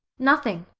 nothing.